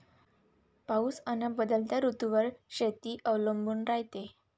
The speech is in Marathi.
पाऊस अन बदलत्या ऋतूवर शेती अवलंबून रायते